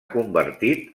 convertit